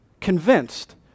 convinced